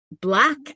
black